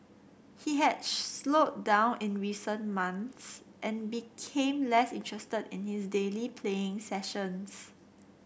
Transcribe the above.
he had slowed down in recent months and became less interested in his daily playing sessions